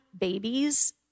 babies